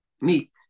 meat